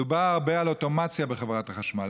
דובר הרבה על אוטומציה בחברת החשמל.